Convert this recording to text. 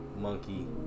monkey